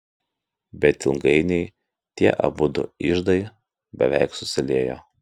bet ilgainiui tie abudu iždai beveik susiliejo